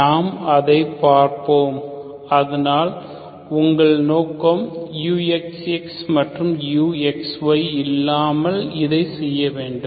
நாம் அதைப் பார்ப்போம் அதனால் உங்கள் நோக்கம் uxx and uxy இல்லாமல் இதை செய்ய வேண்டும்